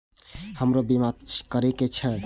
हमरो बीमा करीके छः?